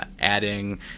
adding